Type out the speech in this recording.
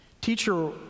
Teacher